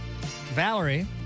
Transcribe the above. Valerie